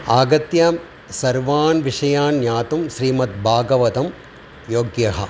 आगत्य सर्वान् विषयान् ज्ञातुं योग्यः